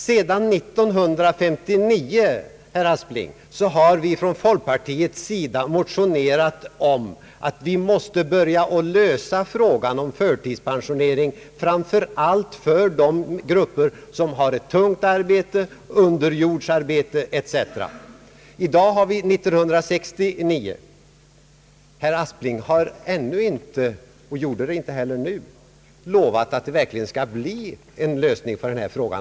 Sedan 1959, herr Aspling, har vi från folkpartiets sida motionerat om att man måste börja lösa frågan om förtidspensionering, framför allt för de grupper som har tungt arbete, underjordsarbete etc. I dag har vi 1969. Herr Aspling har ännu inte — och gjorde det inte heller nu — lovat att det verkligen skall bli en lösning av denna fråga.